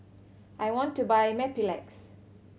I want to buy Mepilex